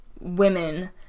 women